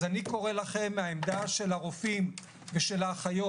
אז אני קורא לכם מהעמדה של הרופאים ושל האחיות,